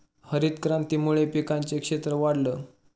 हरितक्रांतीमुळे पिकांचं क्षेत्र वाढलं